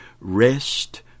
rest